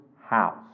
house